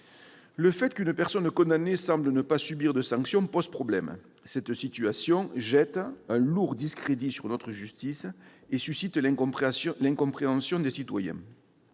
Le fait qu'une personne condamnée semble ne pas subir de sanction pose problème : cette situation jette un lourd discrédit sur notre justice et suscite l'incompréhension des citoyens.